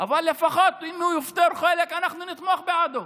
אבל לפחות אם הוא יפתור חלק, אנחנו נתמוך בו,